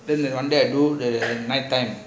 one day I go night time